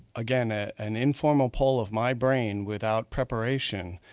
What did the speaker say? again ah an informal poll of my brain without preparation,